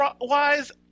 wise